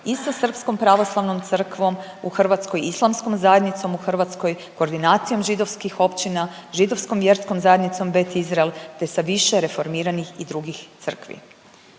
i sa Srpskom pravoslavnom crkvom u Hrvatskoj, Islamskom zajednicom u Hrvatskoj, koordinacijom židovskih općina, Židovskom vjerskom zajednicom Bet Israel te sa više reformiranih i drugih crkvi.